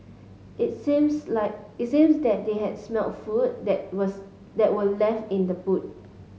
it seems like it seems that they had smelt food that was that were left in the boot